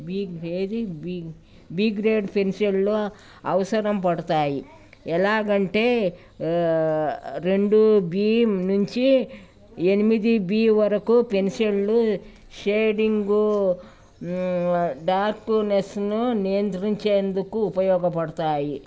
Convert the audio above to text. be ఏది B B grade పెన్సిళ్ళు అవసరం పడతాయి ఎలాగంటే రెండు బీ నుంచి ఎనిమిది బీ వరకు పెన్సిళ్ళు షేడింగు డార్క్నెస్ను నియంత్రించేందుకు ఉపయోగపడతాయి